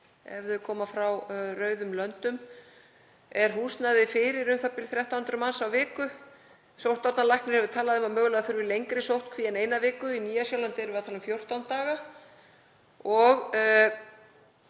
ef þau koma frá rauðum löndum. Er húsnæði til fyrir u.þ.b. 1.300 manns á viku? Sóttvarnalæknir hefur talað um að mögulega þurfi lengri sóttkví en eina viku. Í Nýja-Sjálandi erum við að tala um 14 daga.